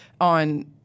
on